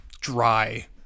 dry